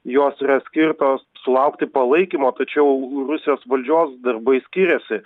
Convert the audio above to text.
jos yra skirtos sulaukti palaikymo tačiau rusijos valdžios darbai skiriasi